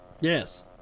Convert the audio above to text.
Yes